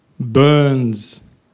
burns